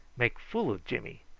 make fool o' jimmy.